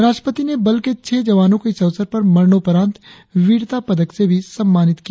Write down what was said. राष्ट्रपति ने बल के छह जवानों को इस अवसर पर मरणोपरांत वीरता पदक से भी सम्मानित किया